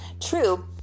true